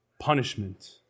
punishment